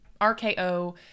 RKO